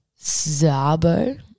Zabo